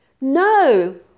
No